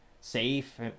safe